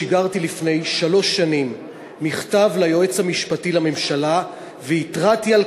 לפני שלוש שנים שיגרתי מכתב ליועץ המשפטי לממשלה והתרעתי על